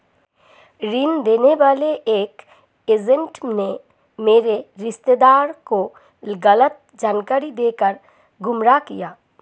ऋण देने वाले एक एजेंट ने मेरे रिश्तेदार को गलत जानकारी देकर गुमराह किया